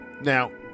Now